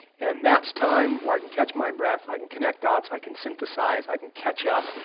and that's time where i can catch my breath, i can connect dots, i can synthesize, i can catch up,